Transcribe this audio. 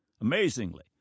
Amazingly